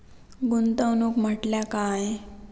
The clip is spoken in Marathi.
गुंतवणूक म्हटल्या काय?